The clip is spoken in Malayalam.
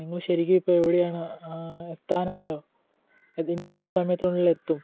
നിങ്ങൾ ശരിക്കും ഇപ്പോൾ എവിടെയാണ് എത്താനായോ ഇതിനി എത്ര സമയത്തിനുള്ളിൽ എത്തും